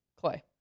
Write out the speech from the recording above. Clay